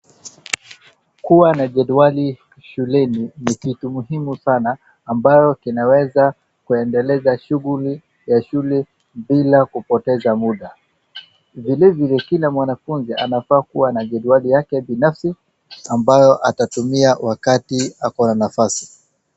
Kuwa na jedwali shuleni ni kitu muhimu sana ambayo kinaweza kuendeleza shughuli ya shule bila kupoteza muda. Vilevile kila mwanafunzi anafaa kuwa na jedwali yake binafsi ambayo atatumia wakati ako na nafasi.